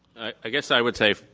i i guess i would say